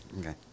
Okay